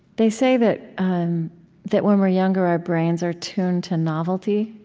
they say that that when we're younger our brains are tuned to novelty,